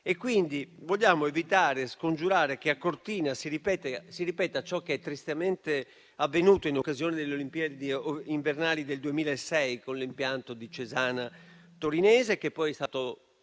quindi evitare e scongiurare che a Cortina si ripeta ciò che è tristemente avvenuto in occasione delle Olimpiadi invernali del 2006 con l'impianto di Cesana Torinese, che poi è stato